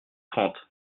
trente